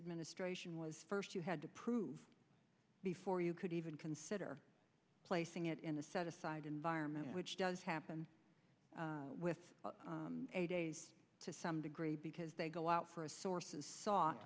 administration was first you had to prove before you could even consider placing it in a set aside environment which does happen with eight days to some degree because they go out for a sources s